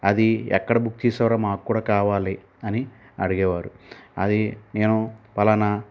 అది ఎక్కడ బుక్ చేసావురా మాకు కూడా కావాలి అని అడిగేవారు అది నేను పలానా